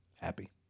happy